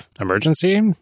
emergency